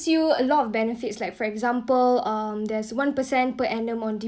till a lot of benefits like for example um there's one percent per annum on the